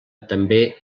també